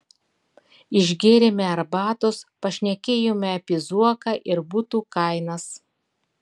išgėrėme arbatos pašnekėjome apie zuoką ir butų kainas